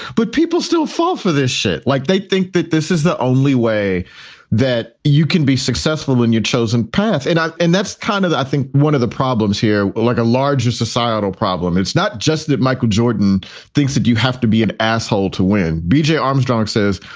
but people still fall for this shit, like they think that this is the only way that you can be successful in your chosen path. and and that's kind of, i think, one of the problems here. like a larger societal problem. it's not just that michael jordan thinks that you have to be an asshole to win. b j. armstrong says,